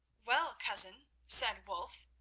well, cousin, said wulf,